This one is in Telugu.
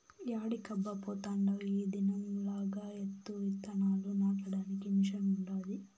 యాడికబ్బా పోతాండావ్ ఈ దినం లగాయత్తు ఇత్తనాలు నాటడానికి మిషన్ ఉండాది